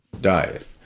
diet